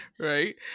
right